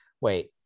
wait